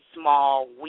small